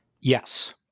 Yes